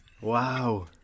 Wow